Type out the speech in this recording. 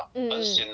mm mm